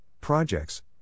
projects